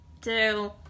two